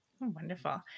Wonderful